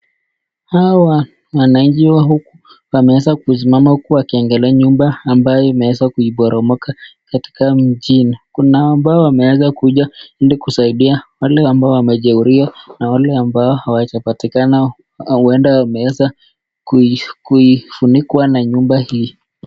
Hawa wananchii wa huku wameweza kusimama huku wakiangalia nyumba ambaye imeweza kuboromoka katika mjini. Kuna ambao wameweza kuja ili kusaidia wale ambao wamajeruhiwa, na wale ambao hawajapatikana huenda wameweza kufunikwa na nyumba hii.